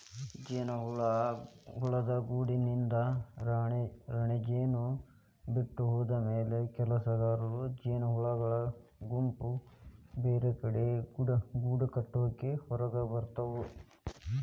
ಜೇನುಹುಳದ ಗೂಡಿನಿಂದ ರಾಣಿಜೇನು ಬಿಟ್ಟ ಹೋದಮ್ಯಾಲೆ ಕೆಲಸಗಾರ ಜೇನಹುಳಗಳ ಗುಂಪು ಬೇರೆಕಡೆ ಗೂಡಕಟ್ಟಾಕ ಹೊರಗಬರ್ತಾವ